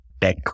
tech